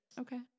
Okay